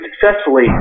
successfully